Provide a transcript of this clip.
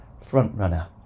Frontrunner